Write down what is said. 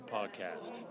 Podcast